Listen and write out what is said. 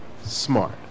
Smart